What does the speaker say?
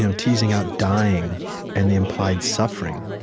you know teasing out dying and the implied suffering.